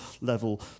level